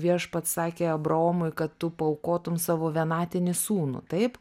viešpats sakė abraomui kad tu paaukotum savo vienatinį sūnų taip